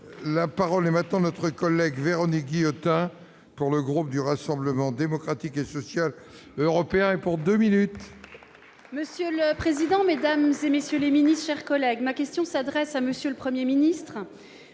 La parole est à Mme Véronique Guillotin, pour le groupe du Rassemblement Démocratique et Social Européen. Monsieur le président, mesdames, messieurs les ministres, mes chers collègues, ma question s'adresse à M. le Premier ministre.